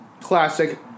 Classic